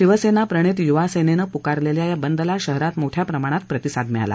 शिवसेना प्रणित युवासेनेनं पुकारलेल्या या बंदला शहरात मोठ्या प्रमाणात प्रतीसाद मिळाला